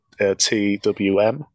TWM